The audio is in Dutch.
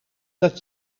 dat